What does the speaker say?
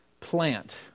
Plant